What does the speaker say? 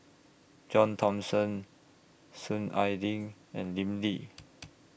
John Thomson Soon Ai Ling and Lim Lee